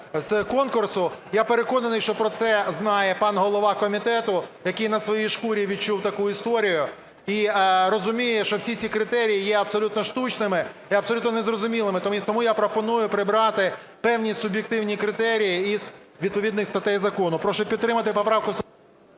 з конкурсу. Я переконаний, що про це знає пан голова комітету, який на своїй шкурі відчув таку історію і розуміє, що всі ці критерії є абсолютно штучними і абсолютно незрозумілими. Тому я пропоную прибрати певні суб'єктивні критерії із відповідних статей закону. Прошу підтримати поправку…